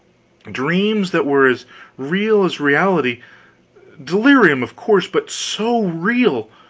dreams that were as real as reality delirium, of course, but so real!